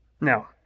Now